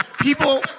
people